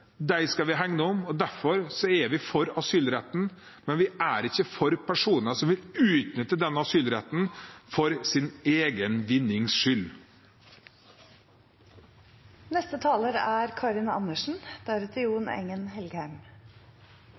De skal vi beskytte, de skal vi hegne om. Derfor er vi for asylretten, men vi er ikke for personer som vil utnytte den asylretten for sin egen vinnings skyld. Det er